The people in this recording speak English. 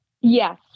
Yes